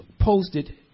posted